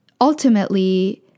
ultimately